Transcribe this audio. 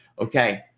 Okay